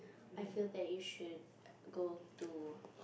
I feel that you should go to